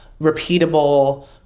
repeatable